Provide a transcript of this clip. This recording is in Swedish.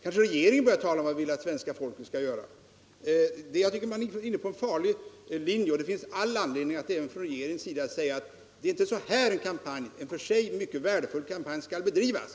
Kanske även regeringen börjar tala om vad den vill att svenska folket skall göra! Jag tycker man är inne på en farlig linje. Det finns all anledning att, även på regeringens sida, säga att det inte är så här en kampanj — en i och för sig mycket värdefull kampanj — skall bedrivas.